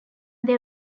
they